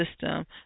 system